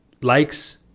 likes